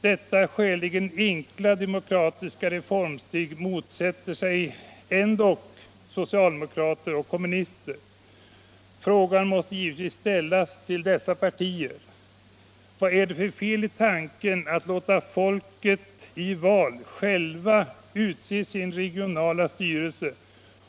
Detta skäligen enkla och demokratiska reformsteg motsätter sig socialdemokrater och kommunister. Frågan måste givetvis ställas till dessa partier: Vad är det för fel i tanken att folket i val självt skall få utse sin regionala styrelse?